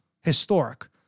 Historic